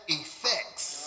effects